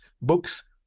books